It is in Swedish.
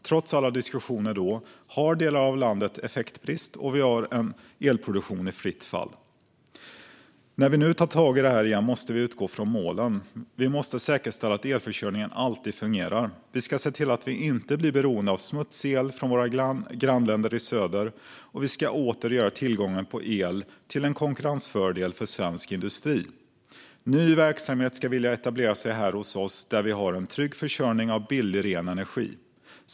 Trots alla diskussioner då har delar av landet effektbrist, och vi har en elproduktion i fritt fall. När vi nu tar tag i det här igen måste vi utgå ifrån målen. Vi måste säkerställa att elförsörjningen alltid fungerar. Vi ska se till att vi inte blir beroende av smutsig el från våra grannländer i söder, och vi ska åter göra tillgången på el till en konkurrensfördel för svensk industri. Ny verksamhet ska vilja etablera sig här hos oss, där vi har en trygg försörjning av billig, ren energi.